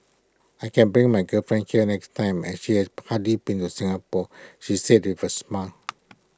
I can bring my girlfriend here next time as she has hardly been A Singapore he says with A smile